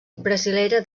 brasilera